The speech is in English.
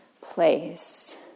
place